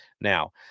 Now